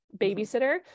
babysitter